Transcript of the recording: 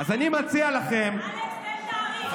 אלכס, אז אני מציע לכם, אלכס, תן תאריך, תאריך.